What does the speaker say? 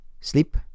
sleep